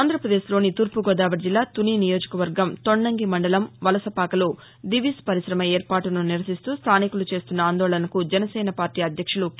ఆంధ్రప్రదేశ్ లోని తూర్పుగోదావరి జిల్లాతుని నియోజకవర్గం తౌండంగి మండలం వలసపాకలో దివిస్ పరిశమ ఏర్పాటును నిరసిస్తూ స్థానికులు చేస్తున్న ఆందోళనకు జనసేన అధ్యక్షులు కే